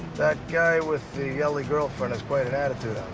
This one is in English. that guy with the eli girlfriend has quite an attitude